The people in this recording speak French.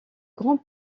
grand